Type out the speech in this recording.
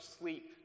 sleep